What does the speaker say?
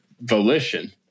volition